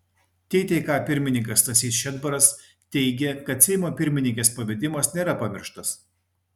ttk pirmininkas stasys šedbaras teigė kad seimo pirmininkės pavedimas nėra pamirštas